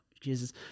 Jesus